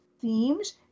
themes